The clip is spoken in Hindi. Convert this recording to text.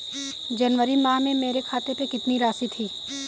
जनवरी माह में मेरे खाते में कितनी राशि थी?